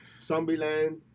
Zombieland